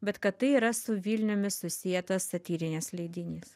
bet kad tai yra su vilniumi susietas satyrinis leidinys